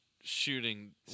shooting